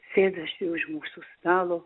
sėdasi už mūsų stalo